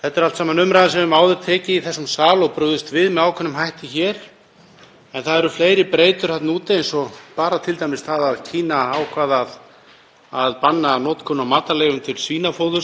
að banna notkun á matvælaleifum til svínafóðurs sem jók innflutningsþörf á maís til Kína upp í 30 milljónir tonna úr 5 milljónum tonna. 40% af öllum maís og hveiti af ökrum